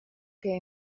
que